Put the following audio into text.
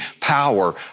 power